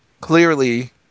clearly